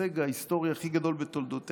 להישג ההיסטורי הכי גדול בתולדותיה,